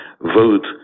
vote